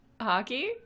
hockey